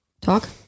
Talk